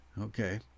Okay